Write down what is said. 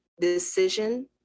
decision